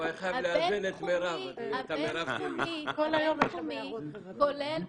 הבינתחומי כולל פרופ'